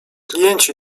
klienci